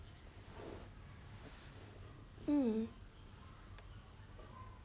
um